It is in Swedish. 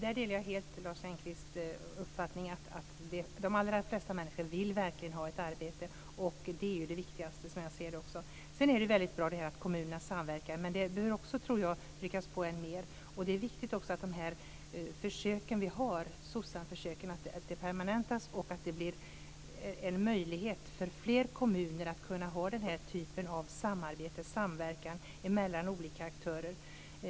Fru talman! Jag delar helt Lars Engqvists uppfattning att de allra flesta människor verkligen vill ha ett arbete. Det är det viktigaste som jag ser det också. Det är väldigt bra att kommunerna samverkar, men jag tror att det behöver tryckas på än mer. Det är också viktigt att de SOCSAM-försök som vi har permanentas så att det blir möjligt för fler kommunerna att ha den typen av samarbete och samverkan mellan olika aktörer.